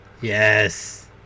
yes